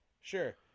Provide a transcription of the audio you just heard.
Sure